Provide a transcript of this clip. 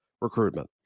recruitment